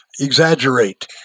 exaggerate